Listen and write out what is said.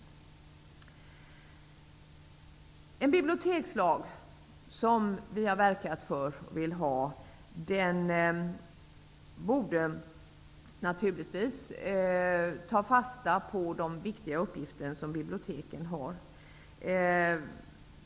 I en bibliotekslag, som vi har verkat för och vill ha, borde man naturligtvis ta fasta på de viktiga uppgifter som biblioteken har.